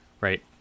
Right